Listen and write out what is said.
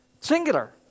singular